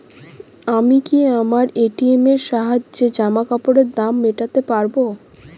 আমি কি আমার এ.টি.এম এর সাহায্যে জামাকাপরের দাম মেটাতে পারব?